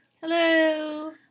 Hello